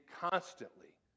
constantly